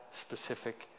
specific